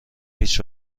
هیچ